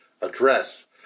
address